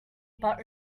but